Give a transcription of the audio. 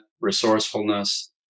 resourcefulness